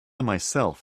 myself